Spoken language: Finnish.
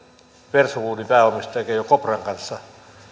versowoodin pääomistajan keijo kopran kanssa